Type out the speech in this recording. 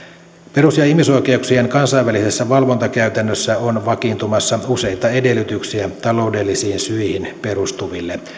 perus ja ihmisoikeuksien kansainvälisessä valvontakäytännössä on vakiintumassa useita edellytyksiä taloudellisiin syihin perustuville